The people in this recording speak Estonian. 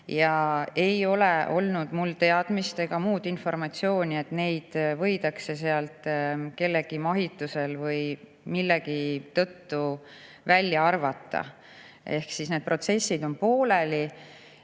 Ei ole mul teadmist ega muud informatsiooni, et neid võidaks sealt kellegi mahitusel või millegi tõttu välja arvata. Need protsessid on pooleli.